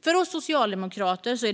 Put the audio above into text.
För oss socialdemokrater